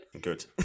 good